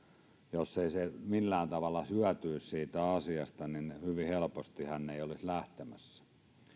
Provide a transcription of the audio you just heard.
jos hän ei millään tavalla hyötyisi siitä asiasta niin hyvin helposti hän ei olisi lähtemässä